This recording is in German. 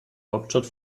hauptstadt